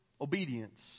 obedience